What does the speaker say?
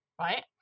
right